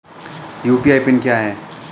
UPI PIN क्या है?